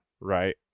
right